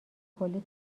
کلی